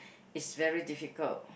it's very difficult